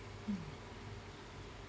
mm